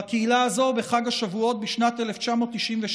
בקהילה הזאת, בחג השבועות בשנת 1996,